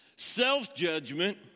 Self-judgment